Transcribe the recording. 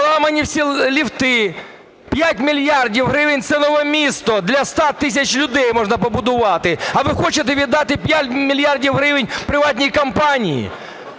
поламані всі ліфти. 5 мільярдів гривень – це нове місто для 100 тисяч людей можна побудувати, а ви хочете віддати 5 мільярдів гривень приватній компанії.